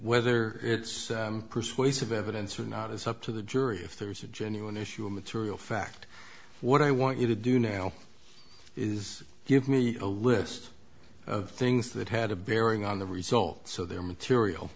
whether it's persuasive evidence or not it's up to the jury if there is a genuine issue of material fact what i want you to do now is give me a list of things that had a bearing on the result so their material